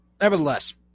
nevertheless